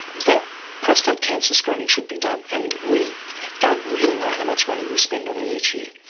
that prostate cancer screening should be done. and we don't really know how much money we spend on it each year.